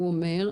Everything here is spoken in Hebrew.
הוא אומר.